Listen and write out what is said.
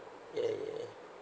yeah yeah